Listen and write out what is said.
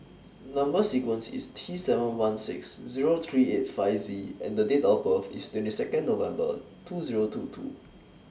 Number sequence IS T seven one six Zero three eight five Z and Date of birth IS twenty Second November two Zero two two